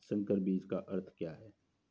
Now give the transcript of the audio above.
संकर बीज का अर्थ क्या है?